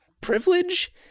privilege